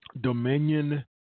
Dominion